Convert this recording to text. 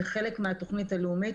זה חלק מהתכנית הלאומית.